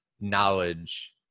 knowledge